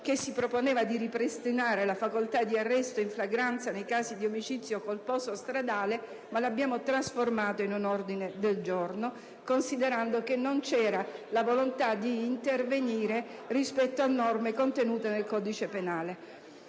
che si proponeva di ripristinare la facoltà di arresto in flagranza nei casi di omicidio colposo stradale, ma lo abbiamo trasformato in un ordine del giorno, considerando che non c'era la volontà di intervenire rispetto a norme contenute nel codice penale.